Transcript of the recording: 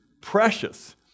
precious